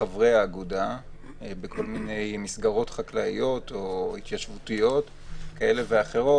חברי האגודה בכל מיני מסגרות חקלאיות או התיישבותיות כאלה ואחרות,